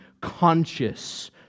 conscious